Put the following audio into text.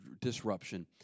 Disruption